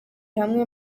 hamwe